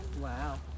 Wow